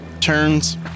turns